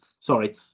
sorry